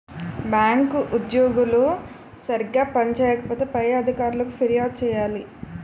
bank ఉద్యోగులు సరిగా పని చేయకపోతే పై అధికారులకు ఫిర్యాదు చేయాలి